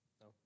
No